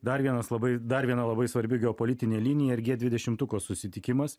dar vienas labai dar viena labai svarbi geopolitinė linija ir g dvidešimtuko susitikimas